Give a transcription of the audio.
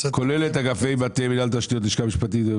כולל את אגפי מטה, מינהל תשתיות, לשכה משפטית.